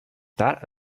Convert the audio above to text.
tard